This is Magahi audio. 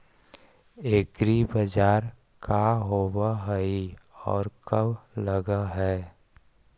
एग्रीबाजार का होब हइ और कब लग है?